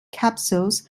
capsules